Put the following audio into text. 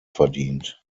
verdient